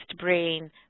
brain